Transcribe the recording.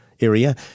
area